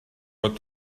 but